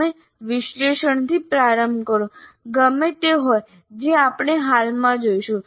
તમે વિશ્લેષણથી પ્રારંભ કરો ગમે તે હોય જે આપણે હાલમાં જોઈશું